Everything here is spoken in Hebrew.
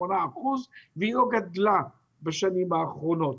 והיא לא גדלה בשנים האחרונות.